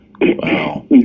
Wow